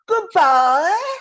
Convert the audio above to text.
goodbye